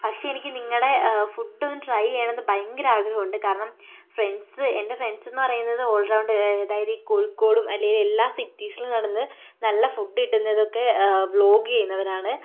പക്ഷെ എനിക്ക് നിങ്ങളുടെ ഫുഡ് ഒന്ന് ട്രൈ ചെയ്യണമെന്ന് ഭയങ്കര ആഗ്രഹമുണ്ട് കാരണം ഫ്രണ്ട്സ് എൻ്റെ ഫ്രണ്ട്സ്ന്ന് പറയുന്നത് ഓൾറൗണ്ട് അതായത് ഈ കോഴിക്കോടും അല്ലേല് എല്ലാ സിറ്റീസിലും നടന്ന് നല്ല ഫുഡ് കിട്ടുന്നതൊക്കെ വ്ളോഗ് ചെയ്യുന്നവരാണ്